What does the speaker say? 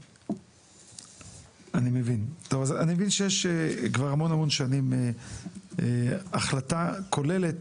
אני מבין שיש כבר המון שנים החלטה כוללת